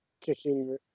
kicking